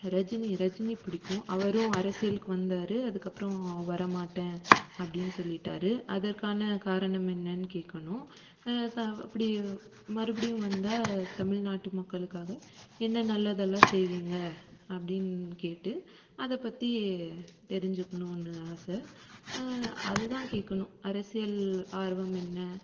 ரஜினி ரஜினி பிடிக்கும் அவரும் அரசியலுக்கு வந்தார் அதுக்கப்புறம் வரமாட்டேன் அப்படின்னு சொல்லிவிட்டாரு அதற்கான காரணம் என்னென்று கேட்கணும் த அப்படி மறுபடியம் வந்தால் தமிழ்நாட்டு மக்களுக்காக என்ன நல்லதெல்லாம் செய்வீங்க அப்படின் கேட்டு அதை பற்றி தெரிஞ்சுக்கணும்னு ஆசை அதுதான் கேட்கணும் அரசியல் ஆர்வம் என்ன